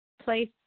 place